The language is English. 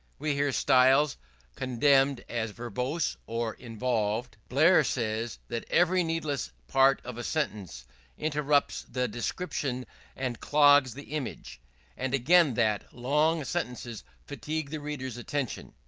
we hear styles condemned as verbose or involved. blair says that every needless part of a sentence interrupts the description and clogs the image and again, that long sentences fatigue the reader's attention.